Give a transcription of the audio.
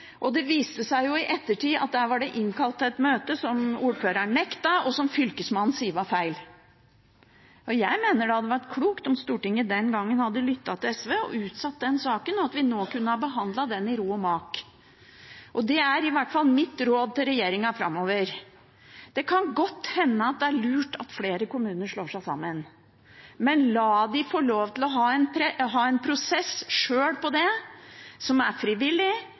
og det viste seg jo i ettertid at der var det innkalt til et møte, som ordføreren nektet, og som Fylkesmannen sier var feil. Jeg mener det hadde vært klokt om Stortinget den gangen hadde lyttet til SV og utsatt den saken, og at vi nå kunne ha behandlet den i ro og mak. Det er i hvert fall mitt råd til regjeringen framover. Det kan godt hende at det er lurt at flere kommuner slår seg sammen, men la dem få lov til å ha en prosess på det sjøl, som er frivillig,